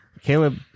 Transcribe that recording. Caleb